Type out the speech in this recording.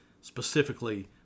Specifically